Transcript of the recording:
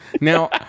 Now